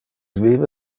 vive